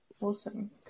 Awesome